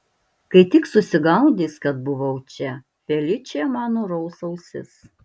kai tik susigaudys kad buvau čia feličė man nuraus ausis